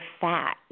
fat